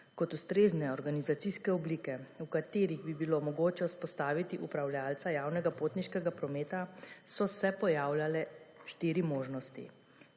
Kot ustrezne organizacijske oblike, v katerih bi bilo mogoče vzpostaviti upravljavca javnega potniškega prometa, so se pojavljale 4 možnosti: